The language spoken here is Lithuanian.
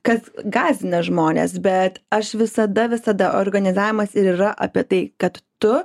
kas gąsdina žmones bet aš visada visada organizavimas ir yra apie tai kad tu